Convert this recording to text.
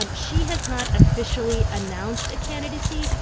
um she has not officially announced a candidacy.